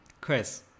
Chris